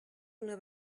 una